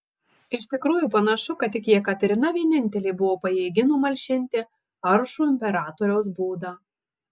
iš tikrųjų panašu kad tik jekaterina vienintelė buvo pajėgi numalšinti aršų imperatoriaus būdą